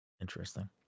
Interesting